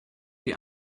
die